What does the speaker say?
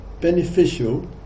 beneficial